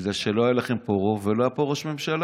בגלל שלא היה לכם פה רוב ולא היה פה ראש ממשלה.